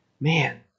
man